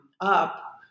up